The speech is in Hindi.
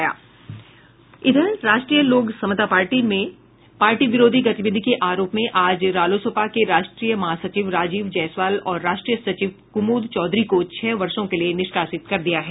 इधर राष्ट्रीय लोक समता पार्टी ने पार्टी विरोधी गतिविधि के आरोप में आज रालोसपा के राष्ट्रीय महासचिव राजीव जायसवाल और राष्ट्रीय सचिव कुमोद चौधरी को छह वर्षों के लिए निष्कासित कर दिया है